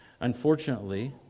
Unfortunately